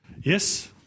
Yes